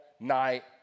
night